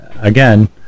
again